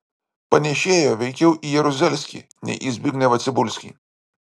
panėšėjo veikiau į jeruzelskį nei į zbignevą cibulskį